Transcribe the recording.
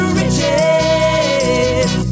riches